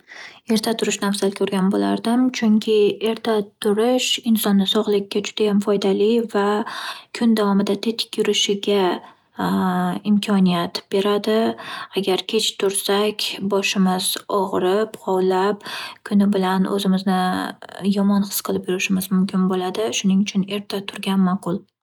Erta turishni afzal ko'rgan bo'lardim, chunki erta turish insonni sog'ligiga juda foydali va kun davomida tetik yurishiga imkoniyat beradi. Agar kech tursak, boshimiz og'rib, g'ovlab kuni bilan o'zimizni yomon his qilib yurishimiz mumkin bo'ladi. Shuning uchun erta turgan ma'qul.